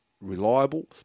reliable